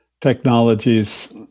technologies